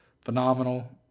phenomenal